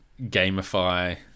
gamify